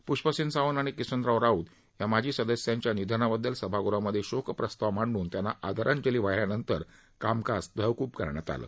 प्ष्पसेन सावंत आणि किसनराव राऊत या माजी सदस्यांच्या निधनाबद्दल सभागृहामधे शोक प्रस्ताव मांडून त्यांना आदरांजली वाहिल्यानंतर कामकाज तहकुब करण्यात आलं